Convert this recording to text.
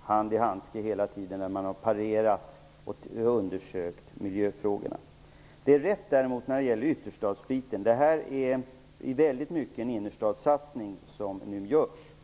hand i handsken; vi har parerat och undersökt miljöfrågorna. Eva Zetterberg har däremot rätt när det gäller ytterstadsdelen. Det är i första hand en innerstadssatsning som nu görs.